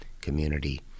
Community